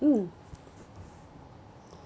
mm